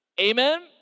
Amen